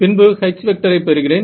பின்பு H ஐ பெறுகிறேன்